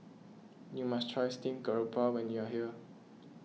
you must try Steamed Garoupa when you are here